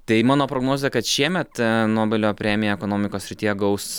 tai mano prognozė kad šiemet nobelio premiją ekonomikos srityje gaus